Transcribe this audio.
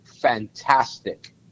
fantastic